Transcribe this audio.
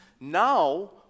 now